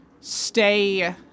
stay